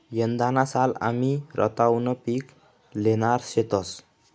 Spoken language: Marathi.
यंदाना साल आमी रताउनं पिक ल्हेणार शेतंस